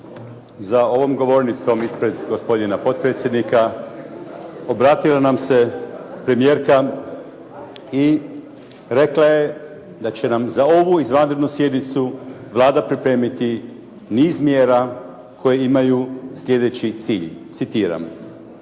za ovom govornicom ispred gospodina potpredsjednika obratila nam se premijerka i rekla je da će nam za ovu izvanrednu sjednicu Vlada pripremiti niz mjera koje imaju sljedeći cilj, citiram,